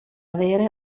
avere